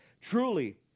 Truly